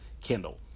Kindle